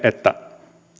että